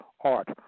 art